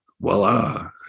voila